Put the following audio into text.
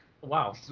Wow